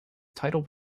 title